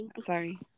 sorry